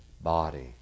body